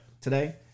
today